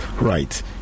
right